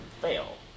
fail